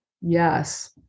Yes